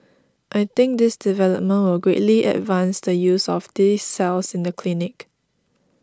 I think this development will greatly advance the use of these cells in the clinic